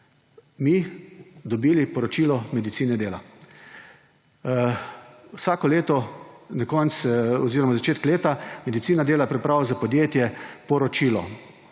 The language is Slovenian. mi dobili poročilo medicine dela. Vsako leto na koncu oziroma na začetku leta medicina dela pripravi za podjetje poročilo.